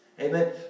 Amen